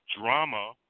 drama